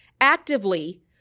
actively